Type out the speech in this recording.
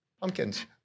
pumpkins